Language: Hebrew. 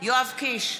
יואב קיש,